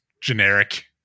generic